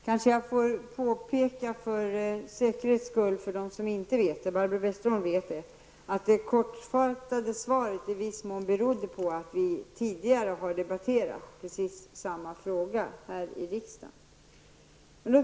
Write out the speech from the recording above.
Fru talman! Får jag för säkerhets skull påpeka för dem som, till skillnad från Barbro Westerholm, inte vet det att det förhållandet att svaret var kortfattat beror på att vi tidigare debatterat precis samma fråga här i riksdagen.